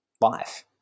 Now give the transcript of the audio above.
life